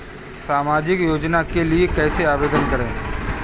सामाजिक योजना के लिए कैसे आवेदन करें?